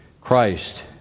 Christ